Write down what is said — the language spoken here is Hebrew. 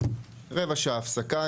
לרבע שעה הפסגה.